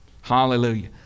Hallelujah